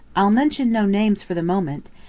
i'll mention no names for the moment,